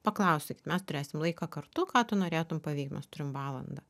paklausti sakyt mes turėsim laiką kartu ką tu norėtum paveikt mes turim valandą